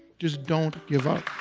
just don't give up.